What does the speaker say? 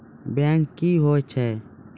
Bank क्या हैं?